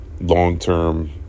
long-term